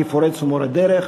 כפורץ ומורה דרך,